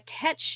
catch